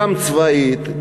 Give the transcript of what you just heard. גם צבאית,